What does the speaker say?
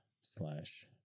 slash